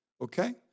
okay